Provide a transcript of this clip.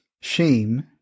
shame